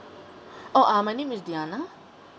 oh uh my name is diana